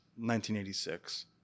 1986